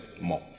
more